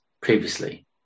previously